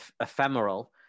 ephemeral